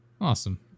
Awesome